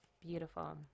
Beautiful